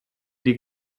die